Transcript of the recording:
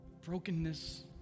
Brokenness